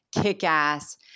kick-ass